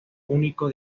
único